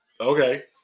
Okay